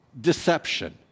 Deception